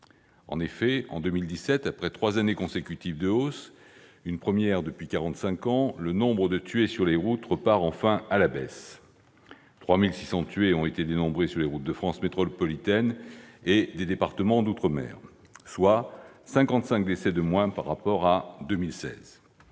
En 2017, après trois années consécutives de hausse- une première depuis quarante-cinq ans -, le nombre de tués sur les routes repart enfin à la baisse. Ce sont 3 600 tués qui ont été dénombrés sur les routes de France métropolitaine et des départements d'outre-mer, soit 55 décès de moins par rapport à 2016.